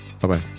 Bye-bye